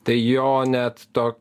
tai jo net to